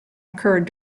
occurred